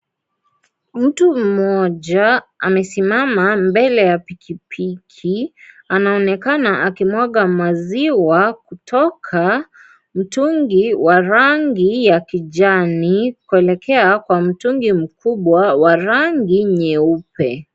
Mtu mmoja amesimama mbele ya pikipiki. Anaonekana akimwaga maziwa kutoka mtungi wa rangi ya kijani kuelekea kwa mtungi mkubwa wa rangi nyeupe.